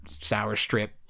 sour-strip